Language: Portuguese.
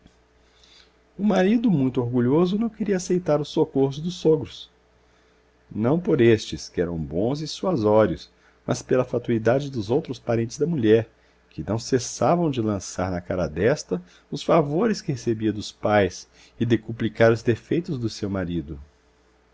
o marido muito orgulhoso não queria aceitar os socorros dos sogros não por estes que eram bons e suasórios mas pela fatuidade dos outros parentes da mulher que não cessavam de lançar na cara desta os favores que recebia dos pais e decuplicar os defeitos do seu marido